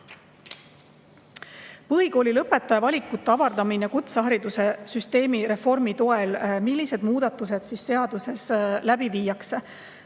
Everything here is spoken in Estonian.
põhikoolilõpetaja valikute avardamisest kutseharidussüsteemi reformi toel. Millised muudatused seaduses läbi viiakse?